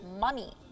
money